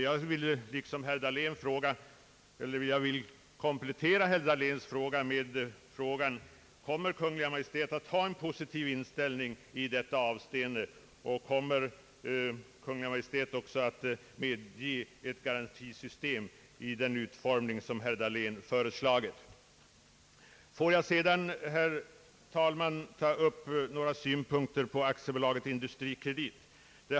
Jag vill komplettera herr Dahléns fråga med frågan: Kommer Kungl. Maj:t att ha en positiv inställning i detta avseende till nya kreditinstitut och kommer Kungl. Maj:t också att medge ett garantisystem med den utformning som herr Dahlén har föreslagit? Får jag sedan, herr talman, ta upp några synpunkter på AB Industrikredit.